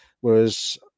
Whereas